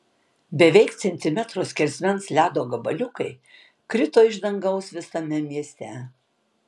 beveik centimetro skersmens ledo gabaliukai krito iš dangaus visame mieste